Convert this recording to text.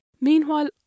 Meanwhile